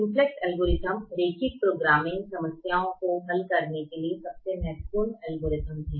simplex algorithm रैखिक programming समस्याओं को हल करने के लिए सबसे महत्वपूर्ण एल्गोरिथ्म है